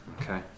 Okay